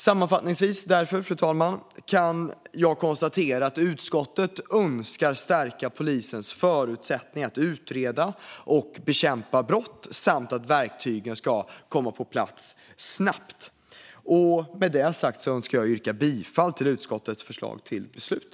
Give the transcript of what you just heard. Sammanfattningsvis, fru talman, kan jag konstatera att utskottet önskar stärka polisens förutsättningar att utreda och bekämpa brott samt att verktygen kommer på plats snabbt. Med det sagt önskar jag yrka bifall till utskottets förslag till beslut.